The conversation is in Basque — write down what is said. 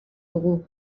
dugu